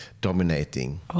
dominating